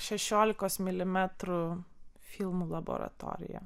šešiolikos milimetrų filmų laboratorija